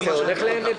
החינוך